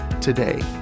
today